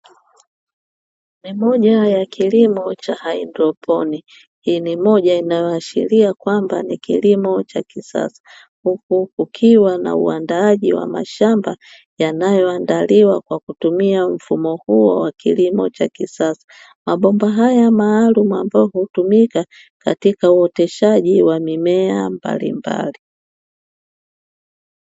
Ni moja ya kilimo cha haidroponi, hii ni moja inayo ashiria kwamba ni kilimo cha kisasa. Huku kukiwa na uandaaji wa mashamba yanayo andaliwa kwa kutumia mfumo huo wa kilimo cha kisasa. Mabomba haya maalumu ambayo hutumika katika uoteshaji wa mimea mbalimbali.